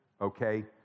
okay